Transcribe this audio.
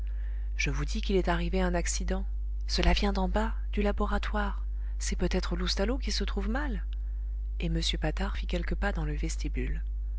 je vous dis qu'il est arrivé un accident cela vient d'en bas du laboratoire c'est peut-être loustalot qui se trouve mal et m patard fit quelques pas dans le vestibule